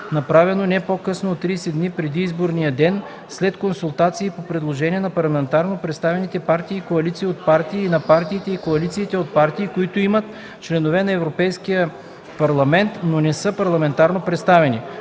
направено не по-късно от 30 дни преди изборния ден, след консултации и по предложение на парламентарно представените партии и коалиции от партии и на партиите и коалициите от партии, които имат членове на Европейския парламент, но не са парламентарно представени.